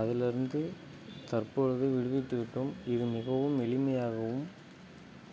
அதில் இருந்து தற்பொழுது விடுவித்து விட்டோம் இது மிகவும் எளிமையாகவும்